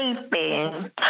sleeping